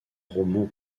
roman